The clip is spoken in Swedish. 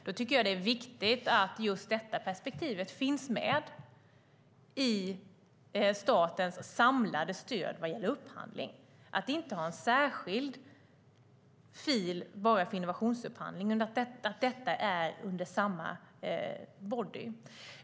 Då tycker jag att det är viktigt att just detta perspektiv finns med i statens samlade stöd vad gäller upphandling, så att vi inte har en särskild fil bara för innovationsupphandling utan att detta är under samma body.